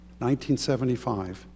1975